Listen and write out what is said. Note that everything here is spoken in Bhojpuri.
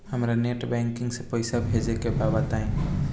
हमरा नेट बैंकिंग से पईसा भेजे के बा बताई?